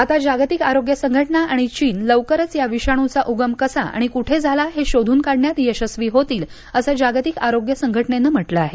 आता जागतिक आरोग्य संघटना आणि चीन लवकरच या विषणूचा उगम कसा आणि कुठे झाला हे शोधून काढण्यात यशस्वी होतील असं जागतिक आरोग्य संघटनेनं म्हटलं आहे